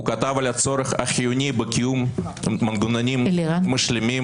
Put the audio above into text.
הוא כתב על הצורך החיוני בקיום מנגנונים משלימים,